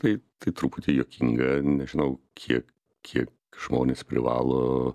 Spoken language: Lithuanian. tai tai truputį juokinga nežinau kie kie žmonės privalo